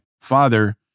father